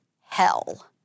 hell